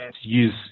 use